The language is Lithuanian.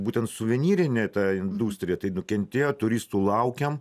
būtent suvenyrinė ta industrija tai nukentėjo turistų laukiam